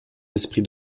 esprits